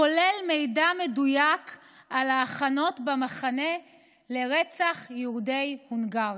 כולל מידע מדויק על ההכנות במחנה לרצח יהודי הונגריה.